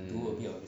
mm